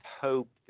hope